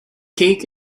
cake